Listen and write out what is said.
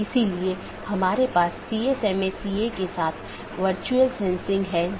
इसलिए उन्हें सीधे जुड़े होने की आवश्यकता नहीं है